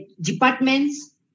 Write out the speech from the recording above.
departments